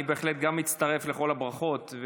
אני בהחלט מצטרף לכל הברכות,